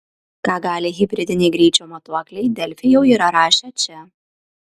ką gali hibridiniai greičio matuokliai delfi jau yra rašę čia